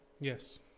Yes